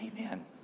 Amen